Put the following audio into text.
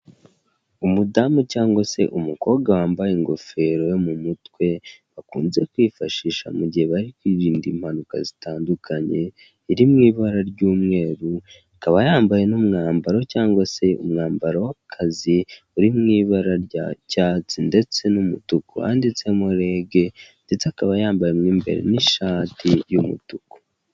Umudamu cyangwa se umukobwa wambaye ingofero yo mu mutwe bakunze kwifashisha mu gihe bari kwirinda impanuka zitandukanye iri mu ibara ry'umweru, ikaba yambaye n'umwambaro cyangwa se umwambaro w'akazi uri mu ibara ry'icyatsi ndetse n'umutuku wanditsemo regi ndetse akaba yambaye umwembe n'ishati y'umutuku.